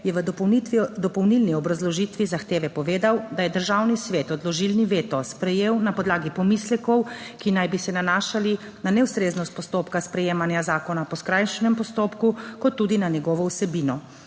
je v dopolnilni obrazložitvi zahteve povedal, da je Državni svet odložilni veto sprejel na podlagi pomislekov, ki naj bi se nanašali na neustreznost postopka sprejemanja zakona po skrajšanem postopku kot tudi na njegovo vsebino.